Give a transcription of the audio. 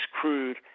crude